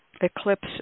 eclipse